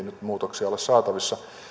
nyt muutoksia ole saatavissa